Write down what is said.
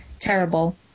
terrible